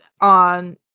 on